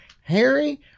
Harry